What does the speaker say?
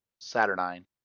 Saturnine